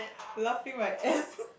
laughing my ass